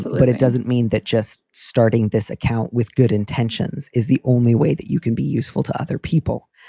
but but it doesn't mean that just starting this account with good intentions is the only way that you can be useful to other people.